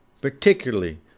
particularly